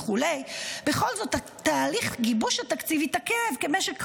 וכו' בכל זאת תהליך גיבוש התקציב התעכב במשך כחודשיים,